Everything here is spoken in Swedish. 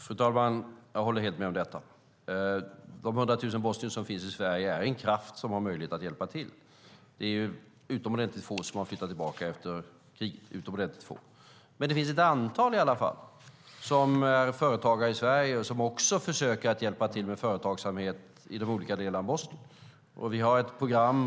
Fru talman! Jag håller helt med om detta. De 100 000 bosnier som finns i Sverige är en kraft som har möjlighet att hjälpa till. Det är ju utomordentligt få som har flyttat tillbaka efter kriget. Det finns ett antal som är företagare i Sverige och som också försöker hjälpa till med företagsamhet i olika delar av Bosnien.